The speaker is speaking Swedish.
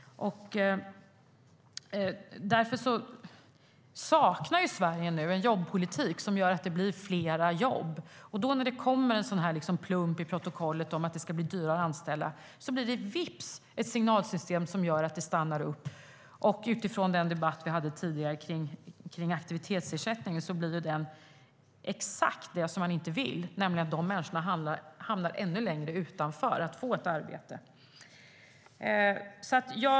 Sverige saknar nu en jobbpolitik som gör att det blir fler jobb. När det då kommer en sådan här plump i protokollet om att det ska bli dyrare att anställa blir det vips ett signalsystem som gör att det hela stannar upp. Utifrån den debatt vi hade tidigare om aktivitetsersättning blir det exakt så som man inte vill, nämligen att dessa människor hamnar utanför och ännu längre från att få ett arbete.